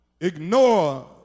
Ignore